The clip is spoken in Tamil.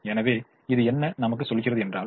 எனவே இது என்ன நமக்கு சொல்கிறது என்றால்